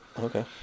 Okay